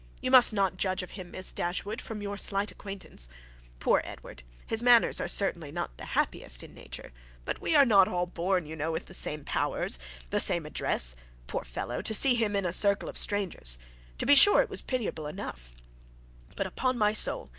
you must not judge of him, miss dashwood, from your slight acquaintance poor edward his manners are certainly not the happiest in nature but we are not all born, you know, with the same powers the same address poor fellow to see him in a circle of strangers to be sure it was pitiable enough but upon my soul,